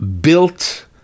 built